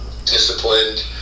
disciplined